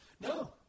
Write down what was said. No